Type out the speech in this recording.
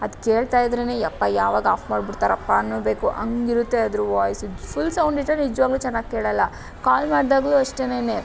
ಅದು ಕೇಳ್ತಾ ಇದ್ದರೆ ಯಪ್ಪಾ ಯಾವಾಗ ಆಫ್ ಮಾಡಿ ಬಿಡ್ತಾರಪ್ಪ ಅನ್ನಬೇಕು ಹಾಗಿರುತ್ತೆ ಅದರ ವಾಯ್ಸು ಫುಲ್ ಸೌಂಡ್ ಇಟ್ಟರೆ ನಿಜವಾಗಲೂ ಚೆನ್ನಾಗಿ ಕೇಳಲ್ಲ ಕಾಲ್ ಮಾಡ್ದಾಗ್ಲು ಅಷ್ಟೆನೆ